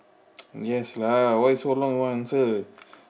yes lah why you so long no answer